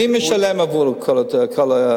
מי משלם עבור כל הזרים?